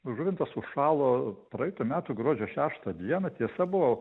žuvintas užšalo praeitų metų gruodžio šeštą dieną tiesa buvo